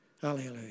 Hallelujah